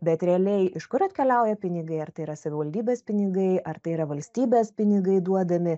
bet realiai iš kur atkeliauja pinigai ar tai yra savivaldybės pinigai ar tai yra valstybės pinigai duodami